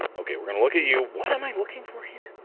ok. we're gonna look at you what am i looking for here?